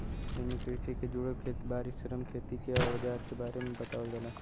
एमे कृषि के जुड़ल खेत बारी, श्रम, खेती के अवजार के बारे में बतावल जाला